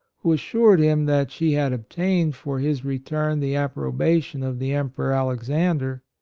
who assured him that she had obtained for his return the approbation of the emperor alexander,